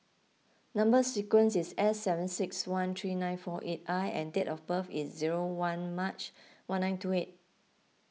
Number Sequence is S seven six one three nine four eight I and date of birth is zero one March one nine two eight